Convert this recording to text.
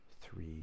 three